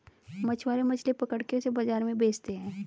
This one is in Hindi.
मछुआरे मछली पकड़ के उसे बाजार में बेचते है